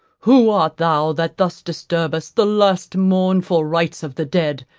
who art thou that thus disturbest the last mournful rites of the dead,